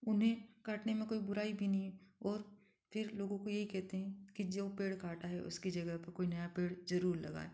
उन्हें काटने में कोई बुराई भी नहीं है और फिर लोगों को यही कहते हैं कि जो पेड़ काटा है उसकी जगह पर कोई नया पेड़ जरूर लगाएँ